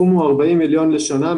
הסכום הוא 40 מיליון לשנה,